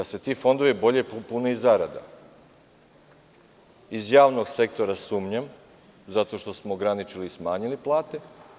Da se ti fondovi bolje pune iz zarada, iz javnog sektora sumnjam zato što smo ograničili i smanjili plate.